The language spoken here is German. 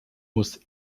muss